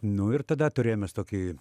nu ir tada turėjom mes tokį